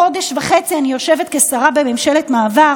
ירי לעבר חיילים ואזרחים בגזרת יהודה ושומרון.